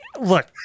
look